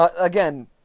Again